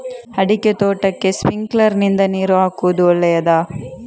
ಅಡಿಕೆ ತೋಟಕ್ಕೆ ಸ್ಪ್ರಿಂಕ್ಲರ್ ನಿಂದ ನೀರು ಹಾಕುವುದು ಒಳ್ಳೆಯದ?